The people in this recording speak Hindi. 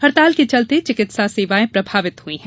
हड़ताल के चलते चिकित्सा सेवायें प्रभावित हुई हैं